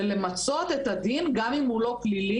זה למצות את הדין וגם אם הוא לא פלילי,